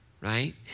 right